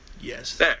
yes